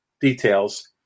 details